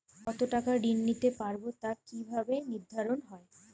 কতো টাকা ঋণ নিতে পারবো তা কি ভাবে নির্ধারণ হয়?